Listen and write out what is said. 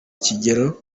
kigero